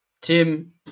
Tim